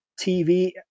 TV